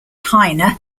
heine